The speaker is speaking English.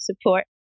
support